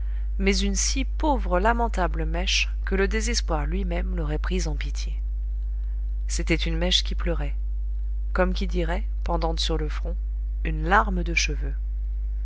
mais une si pauvre lamentable mèche que le désespoir lui-même l'aurait prise en pitié c'était une mèche qui pleurait comme qui dirait pendante sur le front une larme de cheveux